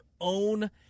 own